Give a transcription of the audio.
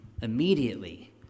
immediately